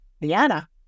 Vienna